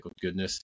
goodness